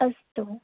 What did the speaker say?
अस्तु